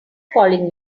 calling